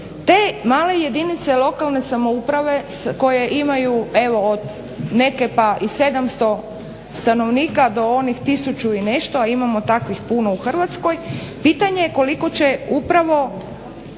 Te male jedinice lokalne samouprave koje imaju evo neke pa i 700 stanovnika do onih tisuću i nešto, a imamo takvih puno u Hrvatskoj, pitanje je koliko će upravo